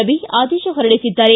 ರವಿ ಆದೇಶ ಹೊರಡಿಸಿದ್ದಾರೆ